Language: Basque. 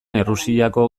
errusiako